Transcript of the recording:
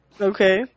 Okay